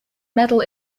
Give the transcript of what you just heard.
medal